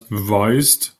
beweist